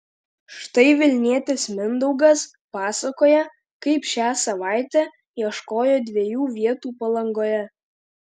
štai vilnietis mindaugas pasakoja kaip šią savaitę ieškojo dviejų vietų palangoje